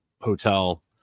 hotel